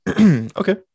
Okay